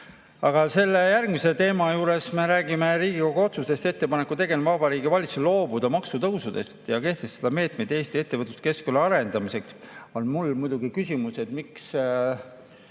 Aga selle järgmise teema puhul me räägime Riigikogu otsusest "Ettepaneku tegemine Vabariigi Valitsusele loobuda maksutõusudest ja kehtestada meetmed Eesti ettevõtluskeskkonna arendamiseks" ja mul muidugi on küsimus, et miks